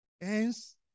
Hence